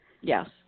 Yes